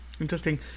interesting